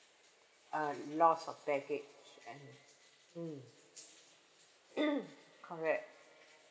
uh loss of baggage and mm correct